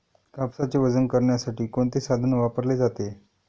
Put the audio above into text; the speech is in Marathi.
कापसाचे वजन करण्यासाठी कोणते साधन वापरले जाते?